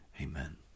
Amen